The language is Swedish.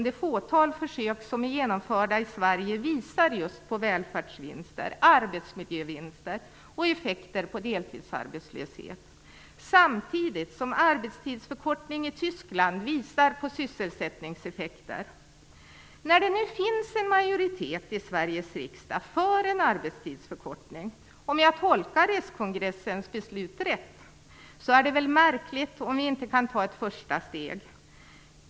De fåtal försök som är genomförda i Sverige visar just på välfärdsvinster, arbetsmiljövinster och effekter på deltidsarbetslösheten. Arbetstidsförkortningen i Tyskland visar på sysselsättningseffekter. När det nu finns en majoritet i Sveriges riksdag för en arbetstidsförkortning, om jag tolkar den socialdemokratiska kongressens beslut rätt, är det väl märkligt om vi inte kan ta ett första steg.